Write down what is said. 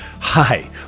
Hi